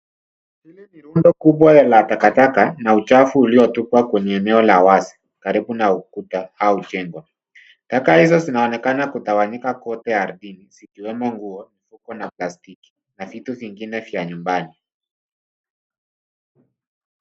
Hili ni rundo kubwa la takataka na uchafu uliotupwa kwenye eneo la wazi karibu na ukuta au jumba. Taka hizo zinaonekana kutawanyika kwote ardhini zikiwemo nguo huku na plastiki na vitu vingine vya nyumbani.